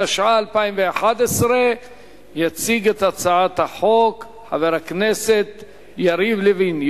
התשע"א 2011. יציג את הצעת החוק חבר הכנסת יריב לוין,